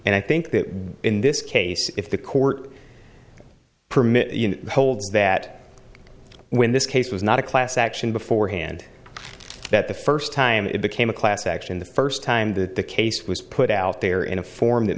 and i think that in this case if the court permit holds that when this case was not a class action beforehand that the first time it became a class action the first time that the case was put out there in a form that